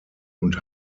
und